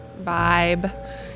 vibe